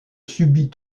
subit